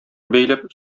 бәйләп